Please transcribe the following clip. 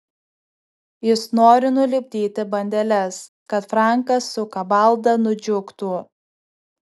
jis nori nulipdyti bandeles kad frankas su kabalda nudžiugtų